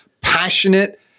passionate